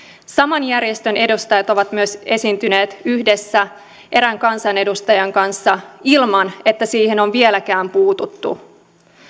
saman järjestön edustajat ovat myös esiintyneet yhdessä erään kansanedustajan kanssa ilman että siihen on vieläkään puututtu